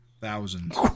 thousands